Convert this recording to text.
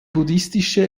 buddhistische